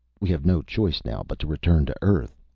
we have no choice now but to return to earth!